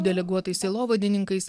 deleguotais sielovadininkais